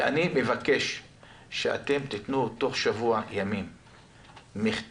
אני מבקש שאתם תיתנו תוך שבוע ימים מכתב